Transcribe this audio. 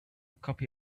copy